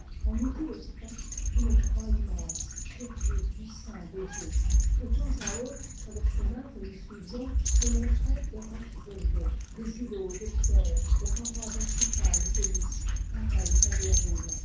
on eût dit le spectre d'une croix immense surgie du sein des eaux de temps à autre sur le chemin que nous suivions se montraient cles roches élevées des îlots de pierre aux parois verticales et lisses pareils à des ruines